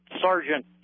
Sergeant